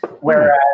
whereas